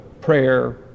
prayer